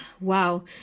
Wow